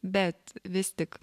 bet vis tik